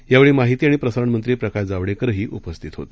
यावेळी माहिती आणि प्रसारणमंत्री प्रकाश जावडेकर हे देखील उपस्थित होते